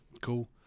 Cool